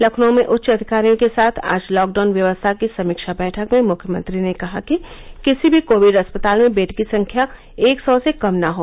लखनऊ में उच्च अधिकारियों के साथ आज लॉकडाउन व्यवस्था की समीक्षा बैठक में मुख्यमंत्री ने कहा कि किसी भी कोविड अस्पताल में बेड की संख्या एक सौ से कम न हो